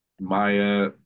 Maya